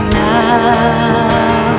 now